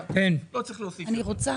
אני רוצה